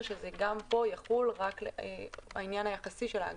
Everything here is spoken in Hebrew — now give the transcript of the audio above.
אז רצינו להבהיר שגם פה יחול רק העניין היחסי של האגרה.